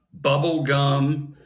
bubblegum